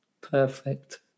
Perfect